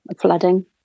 Flooding